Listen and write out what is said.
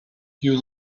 you